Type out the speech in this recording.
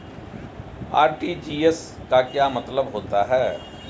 RTGS का क्या मतलब होता है?